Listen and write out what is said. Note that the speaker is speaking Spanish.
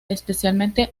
especialmente